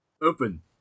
Open